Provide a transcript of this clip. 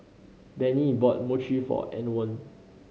Benny bought Mochi for Antwon